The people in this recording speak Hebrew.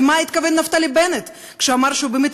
למה התכוון נפתלי בנט כשהוא אמר שהוא באמת